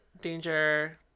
Danger